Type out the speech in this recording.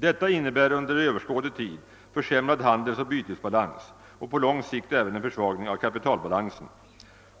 Detta innebär en under överskådlig tid försämrad handelsoch bytesbalans och på lång sikt även en försvagning av kapitalbalansen.